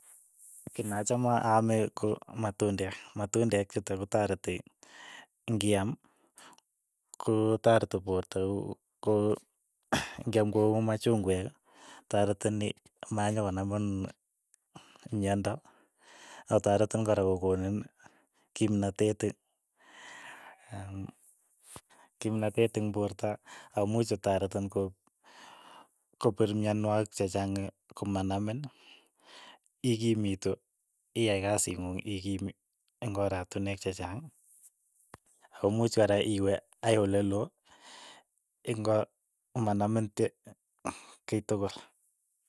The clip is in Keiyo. Ki ne achame aame ko matundek, matundek chutok kotareti ng'iaam kotareti poorto ko- ko ngiaam ko uuu machungwek taretin ii, manyokonamin myondo akotaretin kora ko- koniin kimnatet kimnatet eng' poorto akomuch kotaretin kopiir myonwokik che chaang komanamin ikimitu, iyai kasiing'ung, ikiim eng' oratinwek che chang, ako muuch kora iwe akoi ole loo. ing'o manamin te kiy tukul.